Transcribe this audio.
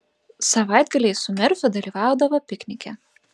savaitgaliais su merfiu dalyvaudavo piknike